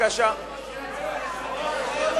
בסוף